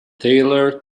tailor